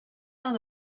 none